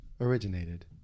originated